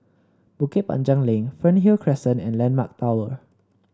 Bukit Panjang Link Fernhill Crescent and landmark Tower